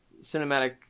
cinematic